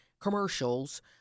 commercials